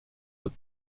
that